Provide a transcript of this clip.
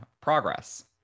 progress